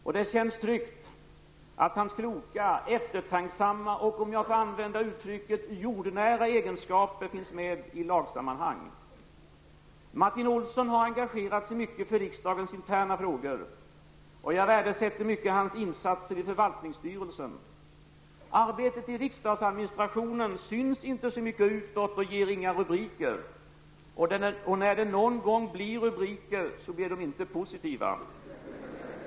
Det har känts tryggt att hans kloka, eftertänksamma och -- om jag får använda uttrycket -- jordnära egenskaper finns med i lagsammanhang. Martin Olsson har engagerat sig mycket för riksdagens interna frågor. Jag värdesätter mycket hans insatser i förvaltningsstyrelsen. Arbetet i riksdagsadministrationen syns inte så mycket utåt och ger inga rubriker. Och när det någon gång blir rubriker så är de inte positiva.